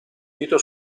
dito